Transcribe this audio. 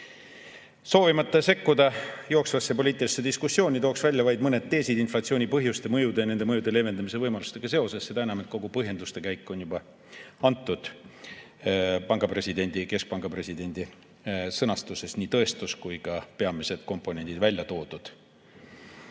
Soovimata sekkuda jooksvasse poliitilisse diskussiooni, tooksin välja vaid mõned teesid inflatsiooni põhjuste, mõjude ja nende mõjude leevendamise võimalustega seoses, seda enam, et [kõik] põhjendused juba kõlasid keskpanga presidendi sõnastuses – nii tõestus kui ka peamised komponendid olid välja toodud.